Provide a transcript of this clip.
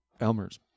Elmer's